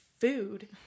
food